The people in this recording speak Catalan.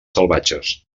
salvatges